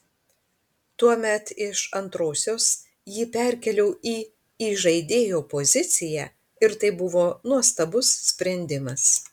tuomet iš antrosios jį perkėliau į įžaidėjo poziciją ir tai buvo nuostabus sprendimas